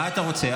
מה אתה רוצה?